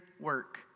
work